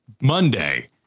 Monday